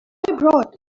brought